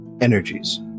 energies